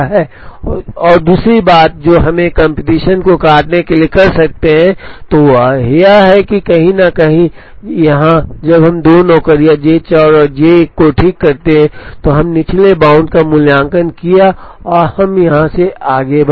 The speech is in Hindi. और दूसरी बात जो हम कंपटीशन को काटने के लिए कर सकते थे वह यह है कहीं न कहीं यहाँ जब हम दो नौकरियां J 4 और J 1 को ठीक करते हैं तो हमने निचले बाउंड का मूल्यांकन किया और हम यहां से आगे बढ़े